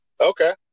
Okay